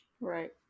Right